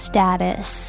Status